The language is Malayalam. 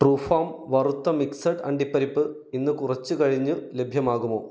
ട്രൂ ഫാം വറുത്ത മിക്സഡ് അണ്ടിപ്പരിപ്പ് ഇന്ന് കുറച്ചു കഴിഞ്ഞു ലഭ്യമാകുമോ